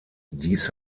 dies